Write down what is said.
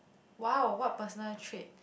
!wow! what personal trait